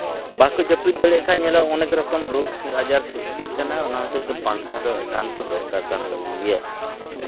ᱵᱟᱠᱚ ᱡᱟᱹᱯᱤᱫ ᱫᱟᱲᱮᱭᱟᱜ ᱠᱷᱟᱡ ᱧᱮᱞᱟᱢ ᱚᱱᱮᱠ ᱨᱚᱠᱚᱢ ᱨᱳᱜᱽ ᱟᱡᱟᱨ ᱥᱨᱤᱥᱴᱤᱜ ᱠᱟᱱᱟ ᱚᱱᱟ ᱦᱚᱛᱮᱡᱛᱮ ᱯᱟᱝᱠᱷᱟ ᱫᱚ ᱮᱠᱟᱱᱛᱚ ᱫᱚᱨᱠᱟᱨ ᱛᱟᱵᱚᱱ ᱜᱮᱭᱟ